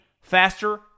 faster